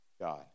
God